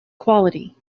quality